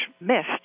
missed